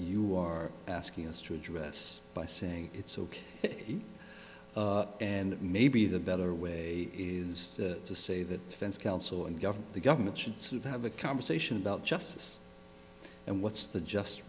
you are asking us to address by saying it's ok and maybe the better way is to say that defense counsel and government the government should sort of have a conversation about justice and what's the just